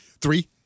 Three